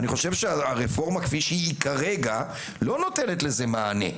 הרפורמה כפי שהיא כרגע לא נותנת לזה מענה,